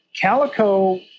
Calico